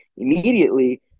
Immediately